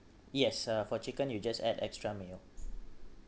yes uh for chicken you just add extra mayo~